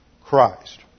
Christ